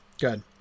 Good